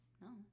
No